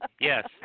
Yes